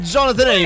Jonathan